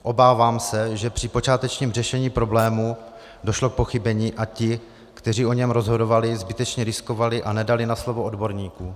Obávám se, že při počátečním řešení problému došlo k pochybení a ti, kteří o něm rozhodovali, zbytečně riskovali a nedali na slovo odborníků.